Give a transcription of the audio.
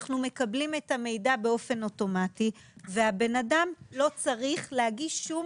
אנחנו מקבלים את המידע באופן אוטומטי והבן אדם לא צריך להגיש שום